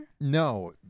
No